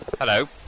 hello